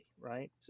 right